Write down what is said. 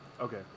Okay